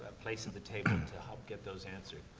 place at the table to help get those answered.